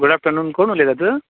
good afternoon कोण उलयतात